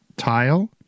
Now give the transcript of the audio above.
Tile